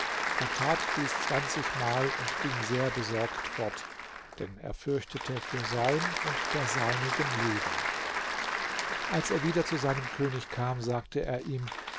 er tat dies zwanzigmal und ging sehr besorgt fort denn er fürchtete für sein und der seinigen leben als er wieder zu seinem könig kam sagte er ihm